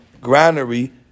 granary